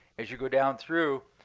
as you go down through,